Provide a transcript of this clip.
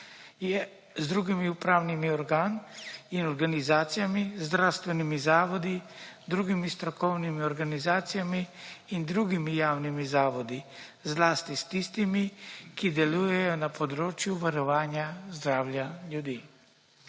z drugimi upravnimi organi in organizacijami, zdravstvenimi zavodi, drugimi strokovnimi organizacijami in drugimi javnimi zavodi, zlasti s tistimi, ki delujejo na področju varovanja zdravja ljudi.